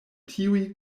tiuj